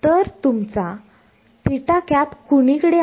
तर तुमचा कुणीकडे आहे